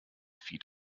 feed